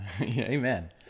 amen